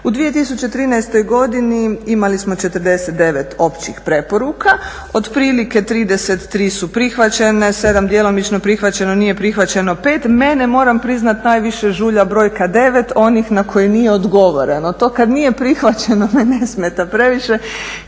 U 2013. godini imali smo 49 općih preporuka. Otprilike 33 su prihvaćene, 7 djelomično prihvaćeno, nije prihvaćeno 5. Mene moram priznati najviše žulja brojka 9 onih na koje nije odgovoreno. To kad nije prihvaćeno me ne smeta previše,